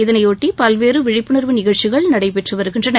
இதனையொட்டி பல்வேறு விழிப்புணர்வு நிகழ்ச்சிகள் நடைபெற்று வருகின்றன